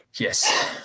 Yes